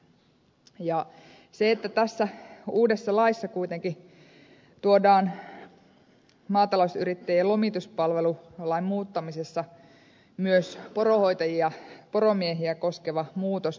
pidän positiivisena sitä että tässä uudessa laissa maatalousyrittäjien lomituspalvelulain muuttamisessa kuitenkin tuodaan myös poronhoitajia poromiehiä koskeva muutos